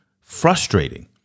frustrating